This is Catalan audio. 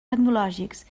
tecnològics